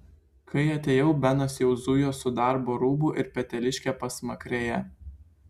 kai atėjau benas jau zujo su darbo rūbu ir peteliške pasmakrėje